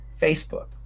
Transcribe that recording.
Facebook